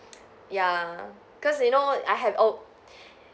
ya cause you know I have al~